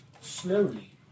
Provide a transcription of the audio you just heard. slowly